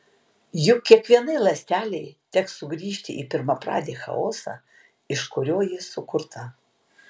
juk kiekvienai ląstelei teks sugrįžti į pirmapradį chaosą iš kurio ji sukurta